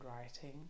writing